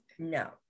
No